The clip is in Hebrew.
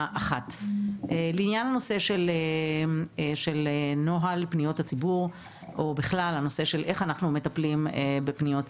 13:00. לנושא של נוהל פניות הציבור או בכלל איך אנחנו מטפלים בפניות ציבור.